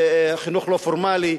חינוך לא פורמלי,